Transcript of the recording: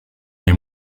les